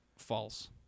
False